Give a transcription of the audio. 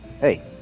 Hey